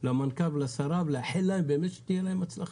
למנכ"ל ולשרה, ולאחל להם שבאמת תהיה להם הצלחה.